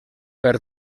per